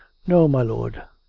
no, my lord.